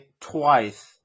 twice